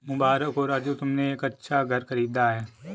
मुबारक हो राजू तुमने एक अच्छा घर खरीदा है